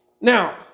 Now